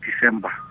December